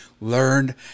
learned